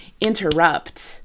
interrupt